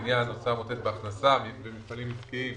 לעניין הוצאה המותנית בהכנסה במפעלים עסקיים